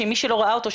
מי שלא ראה אותו,